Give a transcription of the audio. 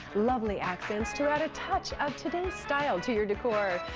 lovely accents to add a touch of today's style to your decor.